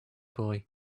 boy